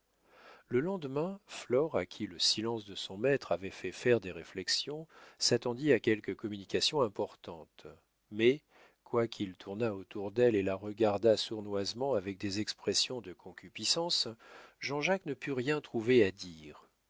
le lendemain flore à qui le silence de son maître avait fait faire des réflexions s'attendit à quelque communication importante mais quoiqu'il tournât autour d'elle et la regardât sournoisement avec des expressions de concupiscence jean-jacques ne put rien trouver à dire